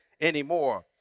anymore